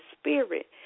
spirit